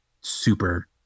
super